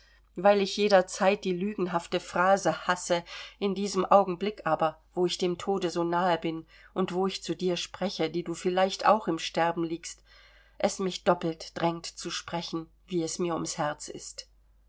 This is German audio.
weil ich jederzeit die lügenhafte phrase hasse in diesem augenblick aber wo ich dem tode so nahe bin und wo ich zu dir spreche die du vielleicht auch im sterben liegst es mich doppelt drängt zu sprechen wie es mir ums herz ist